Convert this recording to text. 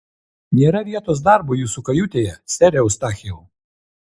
nėra vietos darbui jūsų kajutėje sere eustachijau